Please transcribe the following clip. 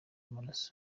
maraso